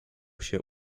się